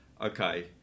okay